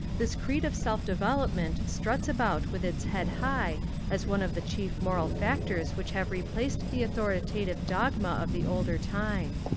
this creed of self-develop ment struts about with its head high as one of the chief moral factors which have replaced the authoritative dogma of the older time.